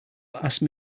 asked